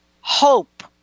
hope